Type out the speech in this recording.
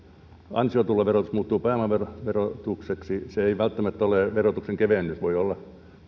ansiotuloverotus muuttuu pääomaverotukseksi ei välttämättä ole verotuksen kevennys voi olla